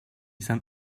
sent